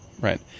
right